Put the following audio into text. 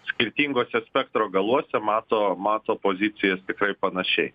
skirtingose spektro galuose mato mato pozicijas tikrai panašiai